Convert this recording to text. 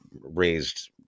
raised